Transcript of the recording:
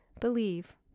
Believe